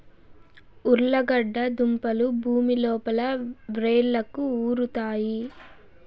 ఉర్లగడ్డ దుంపలు భూమి లోపల వ్రేళ్లకు ఉరుతాయి